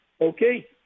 Okay